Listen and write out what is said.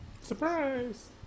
Surprise